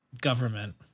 government